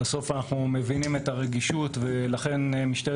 בסוף אנחנו מבינים את הרגישות ולכן משטרת